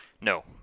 No